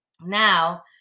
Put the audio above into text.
Now